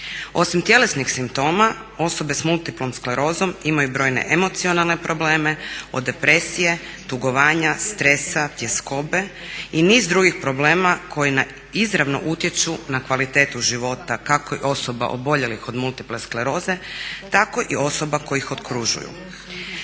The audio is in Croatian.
Osim tjelesnih simptoma osobe s multiplom sklerozom imaju brojne emocionalne probleme od depresije, tugovanja, stresa, tjeskobe i niz drugih problema koje izravno utječu na kvalitetu života kako osoba oboljelih od multiple skleroze tako i osoba koje ih okružuju.